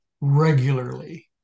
regularly